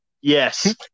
Yes